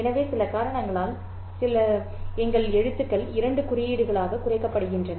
எனவே சில காரணங்களால் சில மந்திர காரணங்களுக்காக எங்கள் எழுத்துக்கள் இரண்டு குறியீடுகளாகக் குறைக்கப்படுகின்றன